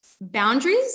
boundaries